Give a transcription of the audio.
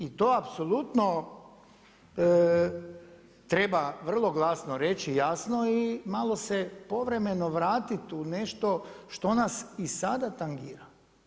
I to apsolutno treba vrlo glasno reći, jasno i malo se povremeno vratiti u nešto što nas i sada tangira.